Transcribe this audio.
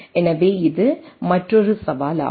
எனவே இது மற்றொரு சவால் ஆகும்